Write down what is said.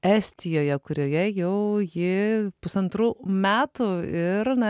estijoje kurioje jau ji pusantrų metų ir na